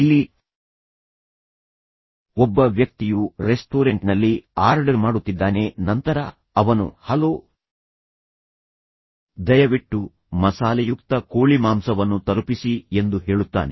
ಇಲ್ಲಿ ಒಬ್ಬ ವ್ಯಕ್ತಿಯು ರೆಸ್ಟೋರೆಂಟ್ನಲ್ಲಿ ಆರ್ಡರ್ ಮಾಡುತ್ತಿದ್ದಾನೆ ನಂತರ ಅವನು ಹಲೋ ದಯವಿಟ್ಟು ಮಸಾಲೆಯುಕ್ತ ಕೋಳಿಮಾಂಸವನ್ನು ತಲುಪಿಸಿ ಎಂದು ಹೇಳುತ್ತಾನೆ